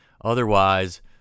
otherwise